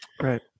Right